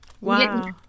Wow